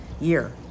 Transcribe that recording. year